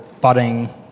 budding